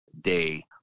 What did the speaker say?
day